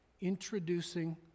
introducing